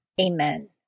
Amen